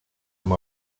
amb